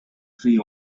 three